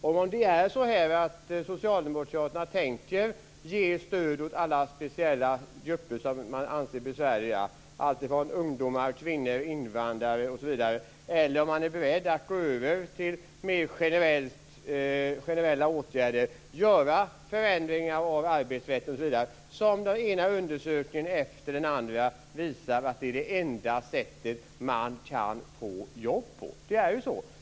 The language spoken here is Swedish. Är det så att Socialdemokraterna tänker ge stöd åt alla speciella grupper som man anser som besvärliga - ungdomar, kvinnor, invandrare osv. - eller är man beredd att gå över till mer generella åtgärder och t.ex. göra förändringar av arbetsrätten? Den ena undersökningen efter den andra visar att det är det enda sättet man kan få jobb på. Det är ju så.